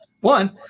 One